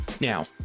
Now